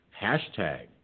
hashtag